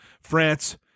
France